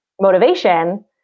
motivation